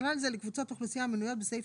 ובכלל זה לקבוצות אוכלוסייה המנויות בסעיף